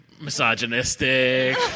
Misogynistic